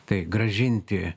tai grąžinti